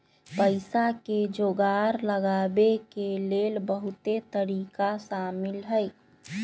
पइसा के जोगार लगाबे के लेल बहुते तरिका शामिल हइ